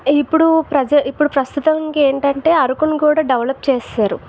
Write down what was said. ఇప్పుడు ప్రెజెంట్ ఇప్పుడు ప్రస్తుతానికి ఏమీటంటే అరకుని కూడా డెవలప్ చేసేశారు